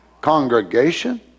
Congregation